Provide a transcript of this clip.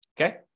Okay